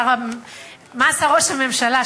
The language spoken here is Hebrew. מה עשה ראש הממשלה,